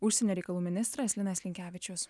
užsienio reikalų ministras linas linkevičius